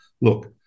look